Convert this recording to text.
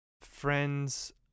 friends